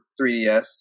3ds